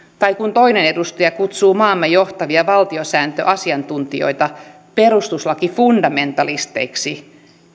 tai kun toinen edustaja kutsuu maamme johtavia valtiosääntöasiantuntijoita perustuslakifundamentalisteiksi